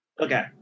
Okay